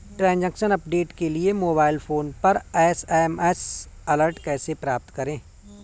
Transaction update के लिए mobile phone पर एस.एम.एस अलर्ट कैसे प्राप्त करें?